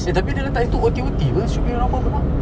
eh tapi dia letak itu O_T_O_T pun should be no problem ah